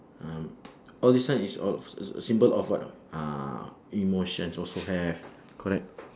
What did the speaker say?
um all this one is all a a symbol of what know uh emotions also have correct